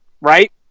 right